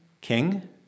king